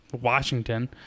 Washington